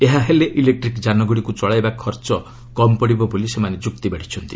ଏହା ହେଲେ ଇଲେକ୍ଟିକ୍ ଯାନଗୁଡ଼ିକୁ ଚଳାଇବା ଖର୍ଚ୍ଚ କମ୍ ପଡ଼ିବ ବୋଲି ସେମାନେ ଯୁକ୍ତି ବାଢ଼ିଛନ୍ତି